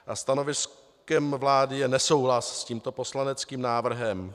A stanoviskem vlády je nesouhlas s tímto poslaneckým návrhem.